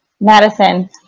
Madison